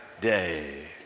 day